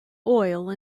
oil